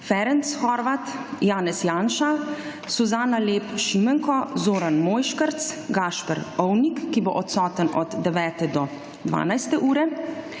Ferenc Horváth, Janez Janša, Suzana Lep Šimenko, Zoran Mojškerc, Gašper Ovnik od 9.00 do 12. ure,